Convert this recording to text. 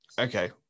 Okay